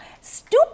stupid